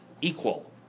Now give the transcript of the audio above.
equal